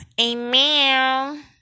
Amen